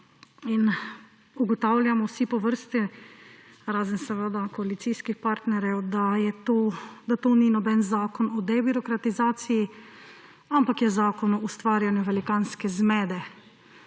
in ugotavljamo vsi po vrsti, razen seveda koalicijskih partnerjev, da to ni noben zakon o debirokratizaciji, ampak je zakon o ustvarjanju velikanske zmede.